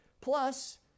Plus